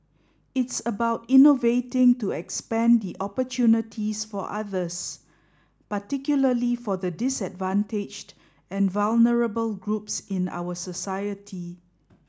it's about innovating to expand the opportunities for others particularly for the disadvantaged and vulnerable groups in our society